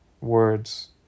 words